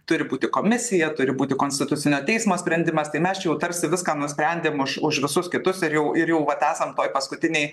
turi būti komisija turi būti konstitucinio teismo sprendimas tai mes čia jau tarsi viską nusprendėm už už visus kitus ir jau ir jau vat esam toje paskutinėj